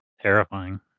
terrifying